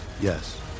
Yes